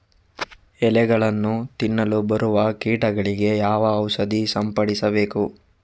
ಎಲೆಗಳನ್ನು ತಿನ್ನಲು ಬರುವ ಕೀಟಗಳಿಗೆ ಯಾವ ಔಷಧ ಸಿಂಪಡಿಸಬೇಕು?